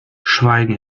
schweigen